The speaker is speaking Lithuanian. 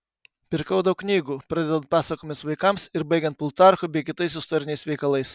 pirkau daug knygų pradedant pasakomis vaikams ir baigiant plutarchu bei kitais istoriniais veikalais